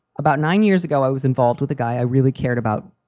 about nine years ago, i was involved with a guy i really cared about.